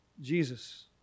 Jesus